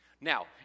Now